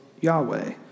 Yahweh